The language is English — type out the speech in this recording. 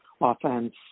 offense